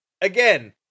again